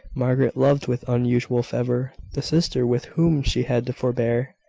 margaret loved with unusual fervour the sister with whom she had to forbear.